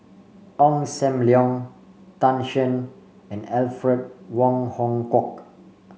Ong Sam Leong Tan Shen and Alfred Wong Hong Kwok